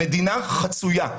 המדינה חצויה.